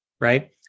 right